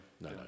no